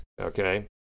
okay